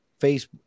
Facebook